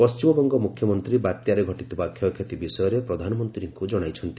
ପଶ୍ଚିମବଙ୍ଗ ମୁଖ୍ୟମନ୍ତ୍ରୀ ବାତ୍ୟାରେ ଘଟିଥିବା କ୍ଷୟକ୍ଷତି ବିଷୟରେ ପ୍ରଧାନମନ୍ତ୍ରୀଙ୍କ ଜଣାଇଛନ୍ତି